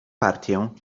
partię